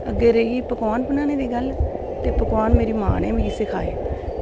अग्गें रेही पकवान बनाने दी गल्ल ते पकवान मेरी मां नै मिगी सखाए